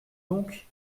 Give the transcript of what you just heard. donc